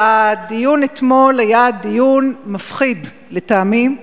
והדיון אתמול היה דיון מפחיד, לטעמי.